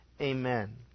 Amen